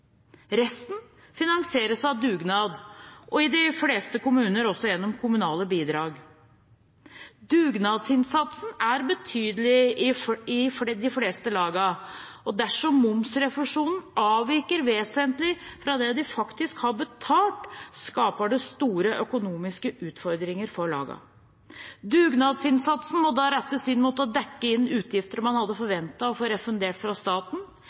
Resten finansieres av dugnad og – i de fleste kommuner – også gjennom kommunale bidrag. Dugnadsinnsatsen er betydelig i de fleste lagene. Dersom momsrefusjonen avviker vesentlig fra det de faktisk har betalt, skaper det store økonomiske utfordringer for lagene. Dugnadsinnsatsen må da rettes inn mot å dekke inn utgifter man hadde forventet å få refundert fra staten,